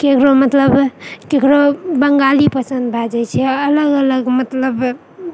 केकरो मतलब केकरो बंगाली पसन्द भए जाइत छै अलग अलग मतलब